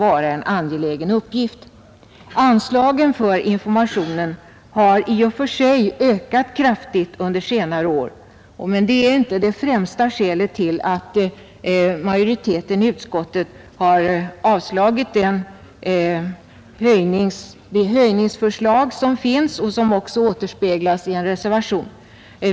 Anslagen för denna information har i och för sig ökat kraftigt under senare år, men det är inte det främsta skälet till att majoriteten i utskottet har avstyrkt det höjningsyrkande som föreligger — vilket också återfinns i en reservation.